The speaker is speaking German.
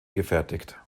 gefertigt